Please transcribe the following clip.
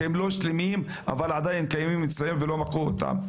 שגם אם הם לא שלמים הם עדיין קיימים אצלם ולא מחקו אותם,